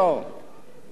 האמת היא,